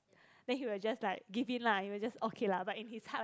then he will just like give in lah he will just okay lah but in his heart like